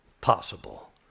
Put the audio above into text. possible